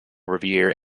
revere